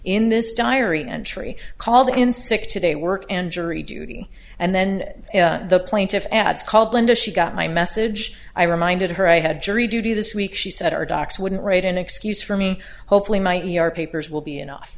in this diary entry called in sick today work and jury duty and then the plaintiff's ads called linda she got my message i reminded her i had jury duty this week she said our docs wouldn't write an excuse for me hopefully might your papers will be enough